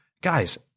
guys